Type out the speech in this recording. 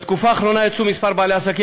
בתקופה האחרונה יצאו כמה בעלי עסקים